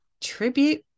tribute